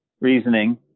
reasoning